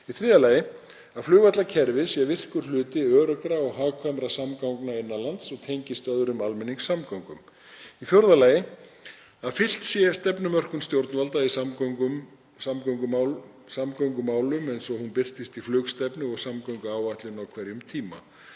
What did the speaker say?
tengiflugi. c. Flugvallarkerfið sé virkur hluti öruggra og hagkvæmra samgangna innan lands og tengist öðrum almenningssamgöngum. d. Fylgt sé stefnumörkun stjórnvalda í samgöngumálum eins og hún birtist í flugstefnu og samgönguáætlun á hverjum tíma.